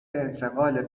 انتقال